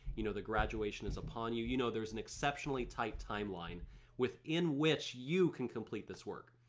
you know that graduation is upon you. you know there's an exceptionally tight timeline within which you can complete this work.